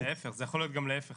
זה יכול להיות גם להיפך.